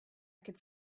could